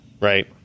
right